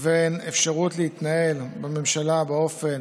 לבין אפשרות להתנהל בממשלה באופן